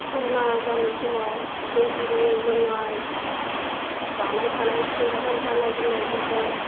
कर'ना जानाय समाव दै गुदुं लोंनाइ जानाय थानाय सिखोन साखोन गाननाय जोमनायफोरखौ